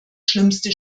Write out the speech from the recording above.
schlimmste